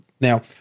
Now